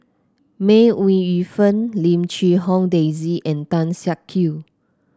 May Ooi Yu Fen Lim Quee Hong Daisy and Tan Siak Kew